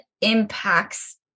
impacts